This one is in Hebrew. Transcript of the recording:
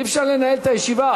אי-אפשר לנהל את הישיבה,